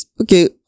okay